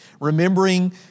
remembering